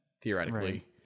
theoretically